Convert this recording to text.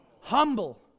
humble